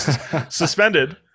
suspended